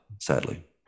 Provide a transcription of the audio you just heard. sadly